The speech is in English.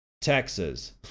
Texas